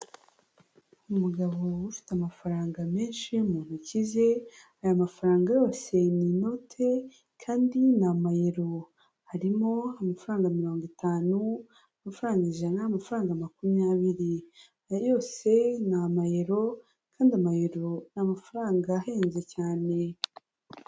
Umugabo ufite amafaranga menshi mu ntoki ze, aya mafaranga yose ni inote kandi ni amayero, harimo amafaranga mirongo itanu, amafaranga ijana, amafaranga makumyabiri. Aya yose ni amayero kandi amayero ni amafaranga ahenze cyane.